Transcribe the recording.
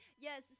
yes